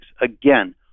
Again